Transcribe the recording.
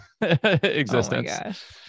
existence